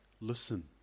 listen